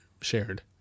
shared